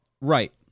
right